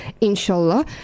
inshallah